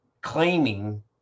claiming